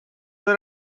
that